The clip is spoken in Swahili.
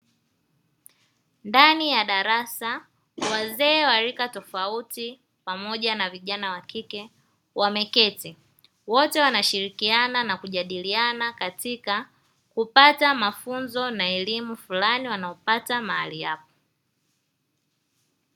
Ndani ya darasa wazee wa rika tofauti pamoja na vijana wakike wameketi, wote wanashirikiana na kujadiliana katika kupata mafunzo na elimu fulani wanayopata mahali apa.